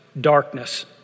darkness